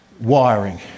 wiring